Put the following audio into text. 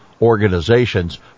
organizations